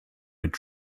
mit